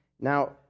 Now